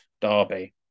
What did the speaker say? derby